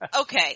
okay